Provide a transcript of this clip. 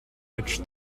which